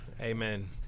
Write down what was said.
amen